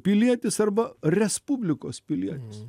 pilietis arba respublikos pilietis